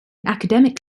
academic